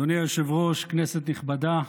אדוני היושב-ראש, כנסת נכבדה,